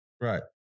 Right